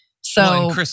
So-